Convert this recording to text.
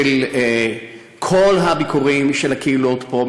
של כל הביקורים של הקהילות פה,